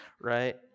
right